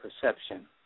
perception